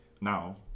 now